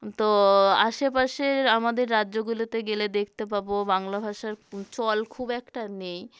তো আশেপাশের আমাদের রাজ্যগুলোতে গেলে দেখতে পাব বাংলা ভাষার চল খুব একটা নেই